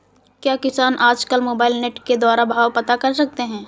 क्या किसान आज कल मोबाइल नेट के द्वारा भाव पता कर सकते हैं?